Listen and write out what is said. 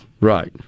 Right